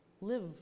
Live